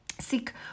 seek